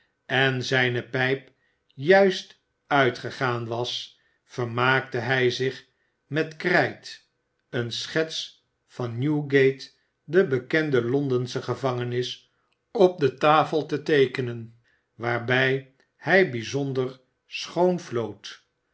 en zijne pijp juist uitgegaan was vermaakte hij zich met krijt een schets van newgate de bekende londensche gevangenis op de tafel te teekenen waarbij hij bijzonder schoon floot